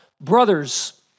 Brothers